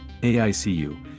AICU